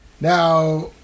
Now